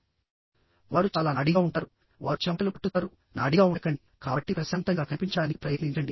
ఆపై వారు చాలా నాడీగా ఉంటారు వారు చెమటలు పట్టుతారు కాబట్టి నాడీగా కనిపించకుండా ఉండండి కాబట్టి ప్రశాంతంగా కనిపించడానికి ప్రయత్నించండి